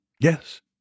Yes